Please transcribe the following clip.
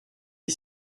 est